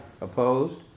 Opposed